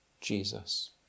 Jesus